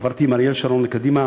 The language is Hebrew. עברתי עם אריאל שרון לקדימה,